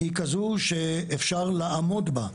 היא כזו שגם אפשר לעמוד בה.